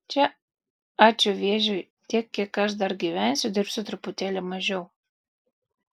čia ačiū vėžiui tiek kiek aš dar gyvensiu dirbsiu truputėlį mažiau